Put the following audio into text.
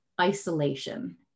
isolation